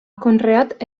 conreat